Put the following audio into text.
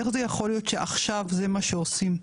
איך זה יכול להיות שעכשיו זה מה שעושים?